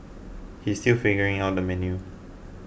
he is still figuring out the menu